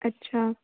ਅੱਛਾ